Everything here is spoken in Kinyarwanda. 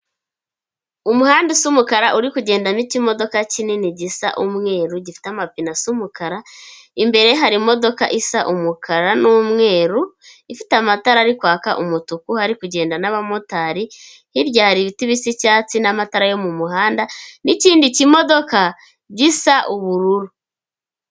Umuhanda usa umukara uri kugendamo iki modoka kinini gisa umweru, gifite amapine asa umukara, imbere hari imodoka isa umukara n'umweru, ifite amatara ari kwaka umutuku, hari kugenda n'abamotari, hirya hari ibiti bisa icyatsi n'amatara yo mumuhanda, n'ikindi kimodoka gisa ubururu.